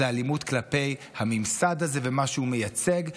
זו אלימות כלפי הממסד הזה ומה שהוא מייצג,